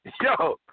Yo